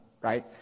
right